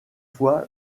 fois